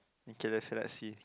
okay let's say let's see